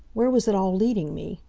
where was it all leading me?